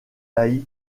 laïcs